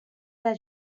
del